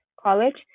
college